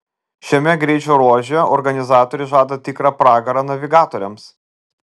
šiame greičio ruože organizatoriai žada tikrą pragarą navigatoriams